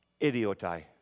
Idiotai